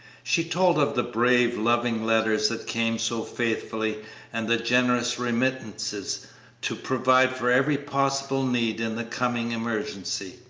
she told of the brave, loving letters that came so faithfully and the generous remittances to provide for every possible need in the coming emergency.